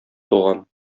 туган